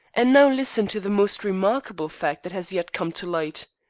and now listen to the most remarkable fact that has yet come to light.